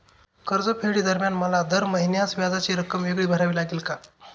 कर्जफेडीदरम्यान मला दर महिन्यास व्याजाची रक्कम वेगळी भरावी लागेल का?